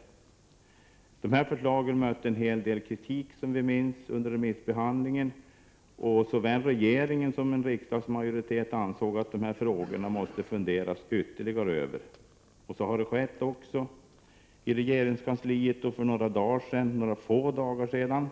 Som vi minns möttes förslagen av en hel del kritik under remissbehandlingen, och såväl regering som riksdagsmajoritet ansåg att man var tvungen att fundera ytterligare över frågorna. Så har också skett, i regeringskansliet, och för några få dagar sedan